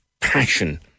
passion